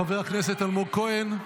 חבר הכנסת אלמוג כהן,